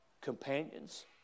companions